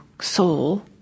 soul